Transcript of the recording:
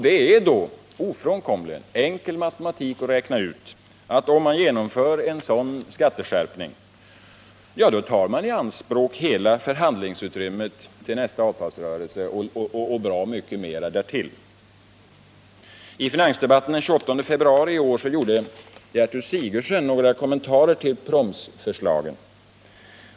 Det är ofrånkomligen enkel matematik att räkna ut att om man genomför en sådan skatteskärpning, tar man i anspråk hela förhandlingsutrymmet till nästa avtalsrörelse och bra mycket mer därtill. I finansdebatten den 28 februari i år gjorde Gertrud Sigurdsen några kommentarer till promsförslaget.